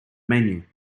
menu